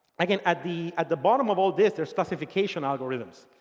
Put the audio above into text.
again, at the at the bottom of all of this, there's classification algorithms.